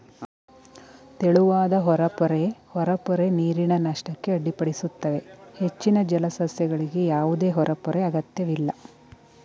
ತೆಳುವಾದ ಹೊರಪೊರೆ ಹೊರಪೊರೆ ನೀರಿನ ನಷ್ಟಕ್ಕೆ ಅಡ್ಡಿಪಡಿಸುತ್ತವೆ ಹೆಚ್ಚಿನ ಜಲಸಸ್ಯಗಳಿಗೆ ಯಾವುದೇ ಹೊರಪೊರೆ ಅಗತ್ಯವಿಲ್ಲ